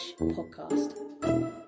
podcast